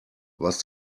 was